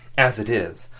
as it is,